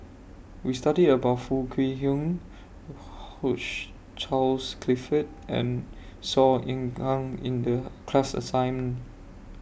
We studied about Foo Kwee Horng Hugh Charles Clifford and Saw Ean Ang in The class assignment